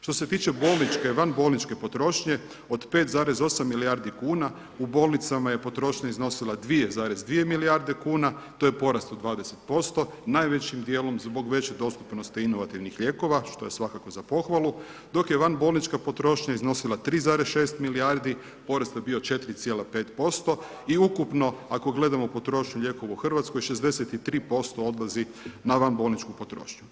Što se tiče bolničke, van bolničke potrošnje, od 5,8 milijardi kuna u bolnicama je potrošnja iznosila 2,2 milijarde kuna, to je porast od 20%, najvećim djelom zbog veće dostupnosti inovativnih lijekova, što je svakako za pohvalu, dok je van bolnička potrošnja iznosila 3,6 milijardi, porast je bio 4,5% i ukupno ako gledamo potrošnju lijekova u Hrvatskoj 63% odlazi na van bolničku potrošnju.